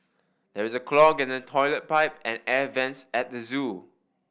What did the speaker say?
there is a clog in the toilet pipe and air vents at the zoo